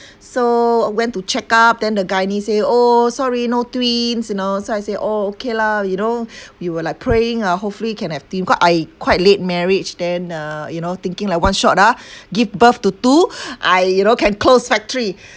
so went to check up then the gynae say oh sorry no twins you know so I say oh okay lah you know we were like praying ah hopefully can have twin because I quite late marriage then uh you know thinking like one shot ah give birth to two I you know can close factory